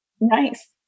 Nice